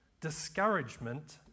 discouragement